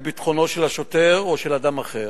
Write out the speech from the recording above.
את ביטחונו של השוטר או של אדם אחר.